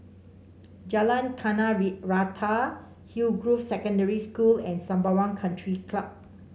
Jalan Tanah Rata Hillgrove Secondary School and Sembawang Country Club